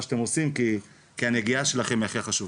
שאתם עושים כי הנגיעה שלכם היא הכי חשובה,